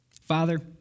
Father